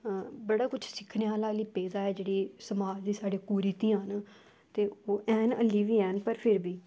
बड़ा किश सिक्खने आह्ले अजें पेदा ऐ जेह्ड़ी साढ़ी कुरितियां न ते ओह् हैन हाल्ली बी ऐन फिर बी